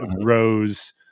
Rose